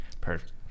Perfect